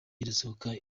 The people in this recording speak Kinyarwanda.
irasohoka